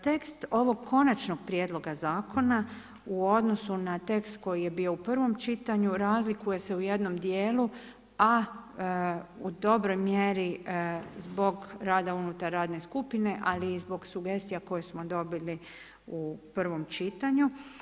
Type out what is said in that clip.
Tekst ovog konačnog prijedloga zakona u odnosu na tekst koji je bio u prvom čitanju razlikuje se u jednom dijelu, a u dobroj mjeri zbog rada unutar radne skupine, a ne i zbog sugestija koje smo dobili u prvom čitanju.